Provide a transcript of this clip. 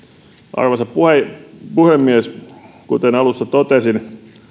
arvoisa puhemies puhemies kuten alussa totesin